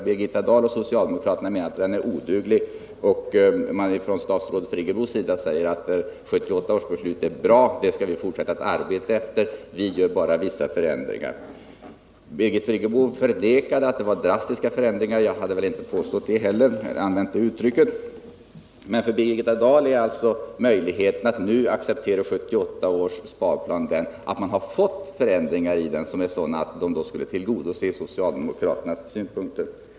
Birgitta Dahl och socialdemokraterna menar att sparplanen är oduglig, statsrådet Friggebo säger att 1978 års beslut är bra, det skall vi fortsätta att arbeta efter, vi gör bara vissa förändringar. Birgit Friggebo förnekade att förändringarna var drastiska, och jag hade väl inte påstått att de var det heller eller använt det uttrycket. Birgitta Dahl har nu möjlighet att acceptera 1978 års sparplan, eftersom förändringarna i den är så drastiska att de tillgodoser socialdemokraternas synpunkter.